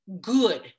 good